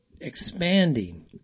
Expanding